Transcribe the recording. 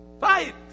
Fight